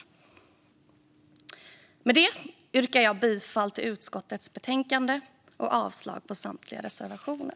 Med det yrkar jag bifall till utskottets förslag och avslag på samtliga reservationer.